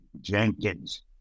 Jenkins